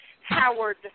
Howard